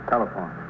Telephone